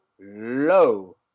low